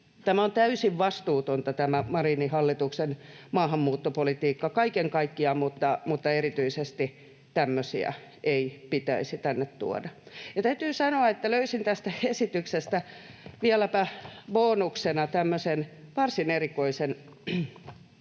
Tämä on täysin vastuutonta, tämä Marinin hallituksen maahanmuuttopolitiikka, kaiken kaikkiaan, mutta erityisesti tämmöisiä ei pitäisi tänne tuoda. Ja täytyy sanoa, että löysin tästä esityksestä vieläpä bonuksena tämmöisen varsin erikoisen